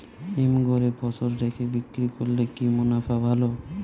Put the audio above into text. হিমঘরে ফসল রেখে বিক্রি করলে কি মুনাফা ভালো?